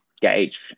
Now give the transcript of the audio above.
gauge